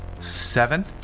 Seven